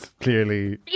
clearly